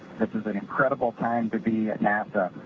this is an incredible time to be